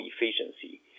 efficiency